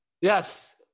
Yes